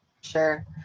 Sure